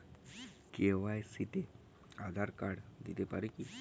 KYC তে Aadhaar card দিতে পারি কি?